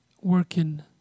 working